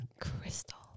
Crystal